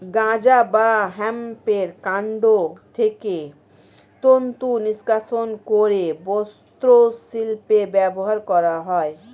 গাঁজা বা হেম্পের কান্ড থেকে তন্তু নিষ্কাশণ করে বস্ত্রশিল্পে ব্যবহার করা হয়